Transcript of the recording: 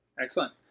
excellent